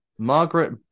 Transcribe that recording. Margaret